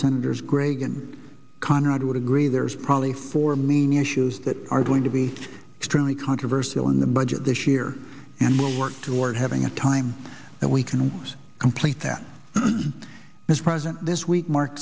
senators reagan conrad would agree there's probably four mean issues that are going to be extremely controversial in the budget this year and we'll work toward having a time that we can complete that mr president this week mark